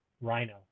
rhino